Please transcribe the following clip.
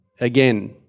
Again